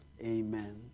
Amen